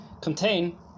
contain